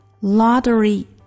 Lottery